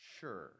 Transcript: Sure